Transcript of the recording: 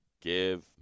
Give